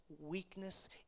weakness